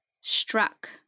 struck